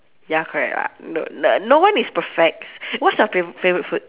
ya correct lah no no no one is perfect what's your favouri~ favourite food